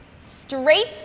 Straight